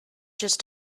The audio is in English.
just